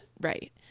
right